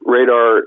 Radar